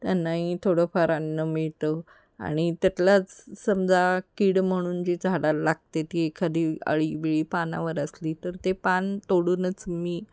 त्यांनाही थोडंफार अन्न मिळतं आणि त्यातलाच समजा कीड म्हणून जी झाडा लागते ती एखादी अळीबिळी पानावर असली तर ते पान तोडूनच मी